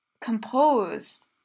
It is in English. composed